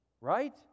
Right